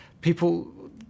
people